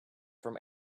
from